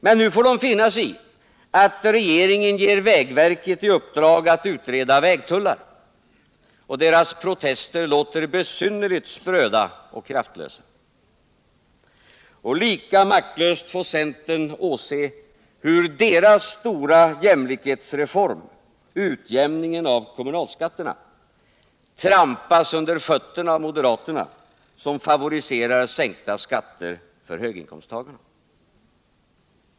Men nu får man finna sig i att regeringen ger vägverket i uppdrag att utreda vägtullar — och deras protester låter besynnerligt spröda och kraftlösa. Och lika maktlöst får centern åse hur deras stora jämlikhetsreform — utjämningen av kommunalskatterna — trampas under fötterna av moderaterna, som favoriserar sänkta skatter för höginkomsttagarna.